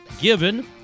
given